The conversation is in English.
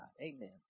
amen